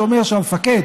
שאומר שהמפקד